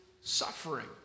suffering